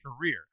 career